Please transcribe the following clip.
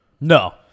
No